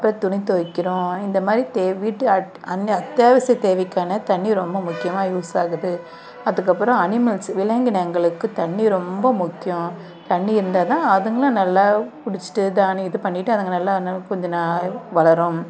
அப்புறம் துணி துவைக்கிறோம் இந்தமாதிரி தேவை வீட்டு அத்தியாவசிய தேவைக்கான தண்ணி ரொம்ப முக்கியமாக யூஸ் ஆகுது அதுக்கப்புறம் அனிமல்ஸ் விலங்கினங்களுக்கு தண்ணி ரொம்ப முக்கியம் தண்ணி இருந்தால்தான் அதுங்களும் நல்லா குடித்துட்டு தானி இது பண்ணிட்டு அதுங்க நல்லா கொஞ்சம் ந வளரும்